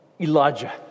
Elijah